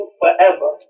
forever